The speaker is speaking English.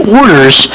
orders